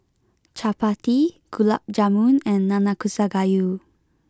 Chapati Gulab Jamun and Nanakusa Gayu